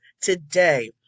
today